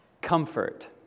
Comfort